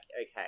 okay